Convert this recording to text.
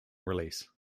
release